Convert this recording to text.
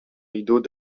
rideau